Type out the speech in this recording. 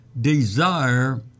desire